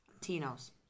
Tino's